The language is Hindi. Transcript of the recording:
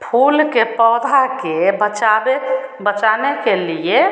फूल के पौधों को बचावे बचाने के लिए